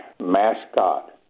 mascot